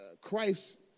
Christ